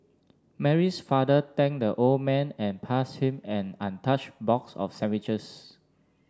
Mary's father thanked the old man and pass him an untouched box of sandwiches